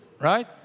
right